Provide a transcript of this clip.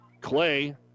Clay